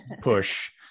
push